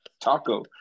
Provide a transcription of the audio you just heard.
taco